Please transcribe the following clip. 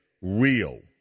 real